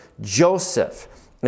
Joseph